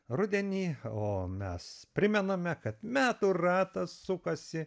rudenį o mes primename kad metų ratas sukasi